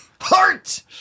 heart